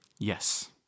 Yes